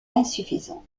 insuffisantes